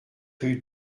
rue